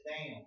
down